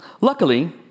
Luckily